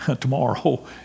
tomorrow